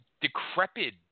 decrepit